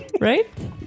right